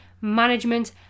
management